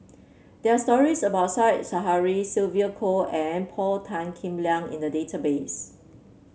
there are stories about Said Zahari Sylvia Kho and Paul Tan Kim Liang in the database